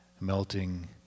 melting